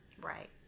right